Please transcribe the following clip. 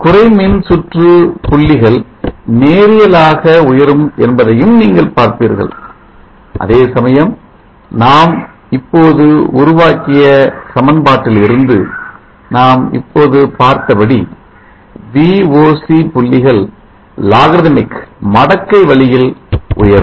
குறைமின்சுற்று புள்ளிகள் நேரியல் ஆக உயரும் என்பதையும் நீங்கள் பார்ப்பீர்கள் அதேசமயம் நாம் இப்போது உருவாக்கிய சமன்பாட்டில் இருந்து நாம் இப்போது பார்த்தபடி Voc புள்ளிகள் logarithmic மடக்கை வழியில் உயரும்